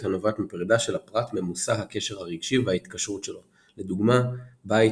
הנובעת מפרידה של הפרט ממושא הקשר הרגשי וההתקשרות שלו לדוגמה בית,